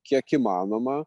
kiek įmanoma